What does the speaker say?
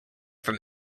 from